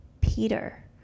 Peter